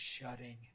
shutting